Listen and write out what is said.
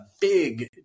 big